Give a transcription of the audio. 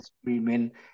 screaming